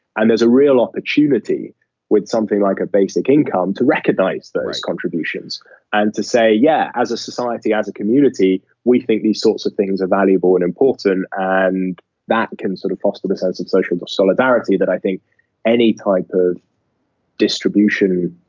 and there's a real opportunity with something like a basic income to recognise those contributions and to say, yeah, as a society, as a community, we think these sorts of things are valuable and important and that can sort of foster the sense of social solidarity that i think any type of distribution